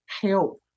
help